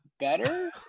Better